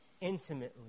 intimately